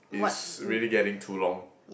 is really getting too long